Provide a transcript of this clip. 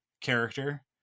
character